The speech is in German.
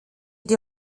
die